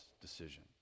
decision